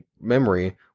memory